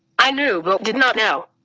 i knew but did not know.